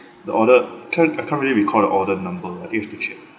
the order can't I can't really recall the order number I think have to check